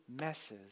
messes